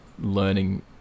learning